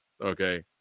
Okay